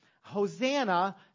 Hosanna